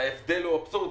ההבדל הוא אבסורדי.